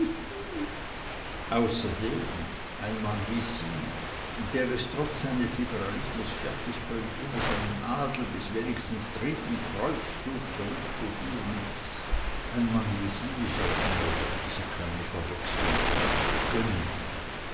außerdem ein mann wie sie der es trotz seines liberalismus fertigbringt immer seinen adel bis wenigstens dritten kreuzzug zurückzuführen ein mann wie sie sollte mir doch diese kleine verwechslung ehrlich gönnen